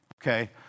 okay